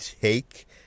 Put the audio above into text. take